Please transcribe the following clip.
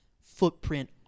footprint